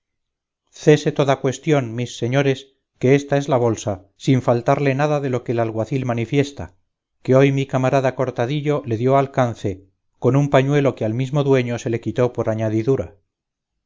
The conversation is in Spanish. cese toda cuestión mis señores que ésta es la bolsa sin faltarle nada de lo que el alguacil manifiesta que hoy mi camarada cortadillo le dio alcance con un pañuelo que al mismo dueño se le quitó por añadidura